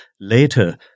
later